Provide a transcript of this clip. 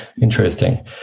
Interesting